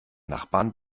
nachbarn